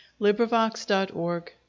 LibriVox.org